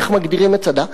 איך מגדירים "מצדה"?